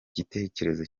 gitekerezo